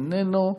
איננו.